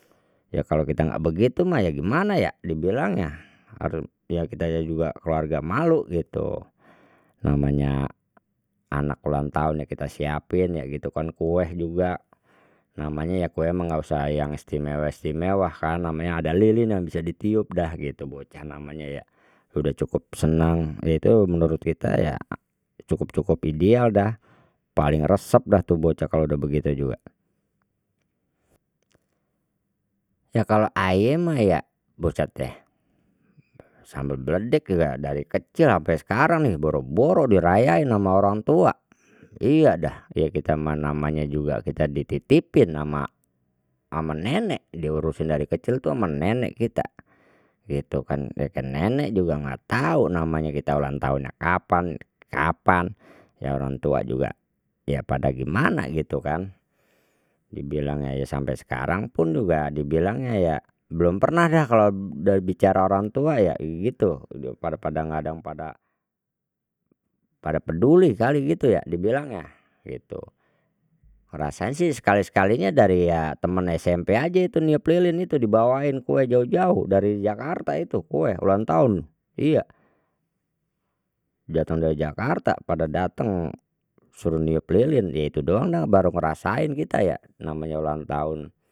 Ya kalau kita nggak begitu mah gimana ya dibilangnya ya kitanya juga keluarga malu gitu, namanya anak ulang tahun ya kita siapin ya gitu kan kueh juga, namanya ya kue nggak usah yang istimewa istimewah namanya ada lilin yang bisa ditiup dah gitu bocah namanya ya, udah cukup seneng ya itu menurut kita ya cukup cukup ideal dah, paling resep dah tu bocah kalau dah begitu juga, ya kalau aye mah ya buset deh samber bledek dari kecil sampe sekarang boro boro dirayain ama orang tua, iya dah ya kita mah namanya juga kita dititpin ama ama nenek diurusin dari kecil tu ama nenek kita gitu kan, ya kan nenek juga nggak tahu namanya kita ulang tahunnya kapan kapan ya orang tua juga ya pada gimana gitu kan dibilangnya ya sampe sekarang pun juga dibilangnya ya belum pernah dah kalau bicara orang tua ya gitu dia pada pada nggak ada yang pada pada peduli kali gitu ya dibilangnya gitu, ngrasain sih sekali sekalinya dari ya temen SMP aja itu niup lilin itu dibawain kue jauh jauh dari jakarta itu kue ulang tahun iya, dateng dari jakarta pada dateng suruh niup lilin ya itu doang dah baru ngrasain kita ya namanya ulang tahun.